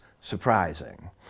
surprising